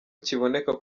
kiboneka